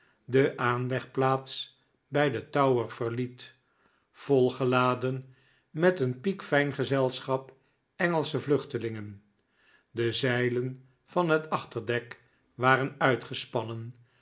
de aanlegplaats bij de tower verliet volgeladen met een piekfijn gezelschap engelsche vluchtelingen de zeilen van het achterdek waren uitgespannen